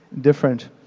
different